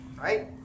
right